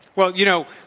well you know,